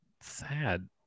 sad